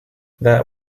that